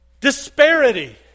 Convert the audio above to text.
disparity